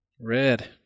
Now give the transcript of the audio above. red